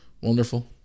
Wonderful